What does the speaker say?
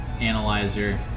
analyzer